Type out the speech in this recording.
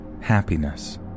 Happiness